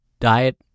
diet